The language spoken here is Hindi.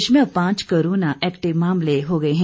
प्रदेश में अब पांच कोरोना एक्टिव मामले हो गए है